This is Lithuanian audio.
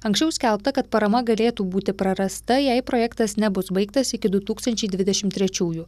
anksčiau skelbta kad parama galėtų būti prarasta jei projektas nebus baigtas iki du tūkstančiai dvidešimt trečiųjų